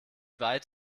weit